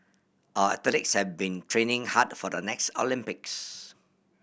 our athletes have been training hard for the next Olympics